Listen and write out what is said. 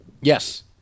Yes